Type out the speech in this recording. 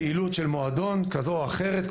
פעילות של מועדון כזו או אחרת,